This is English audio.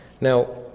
Now